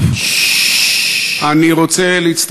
אתה מקשיב למה שאתה רוצה,